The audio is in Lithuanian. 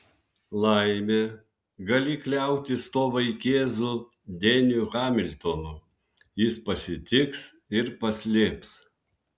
laimė gali kliautis tuo vaikėzu deniu hamiltonu jis pasitiks ir paslėps